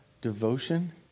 devotion